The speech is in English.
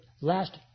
last